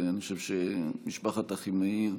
ואני חושב שמשפחת אחימאיר